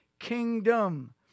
kingdom